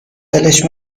دلش